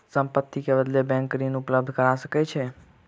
संपत्ति के बदले बैंक ऋण उपलब्ध करा सकै छै